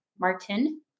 Martin